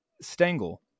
Stengel